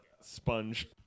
sponge